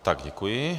Tak, děkuji.